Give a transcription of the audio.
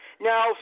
now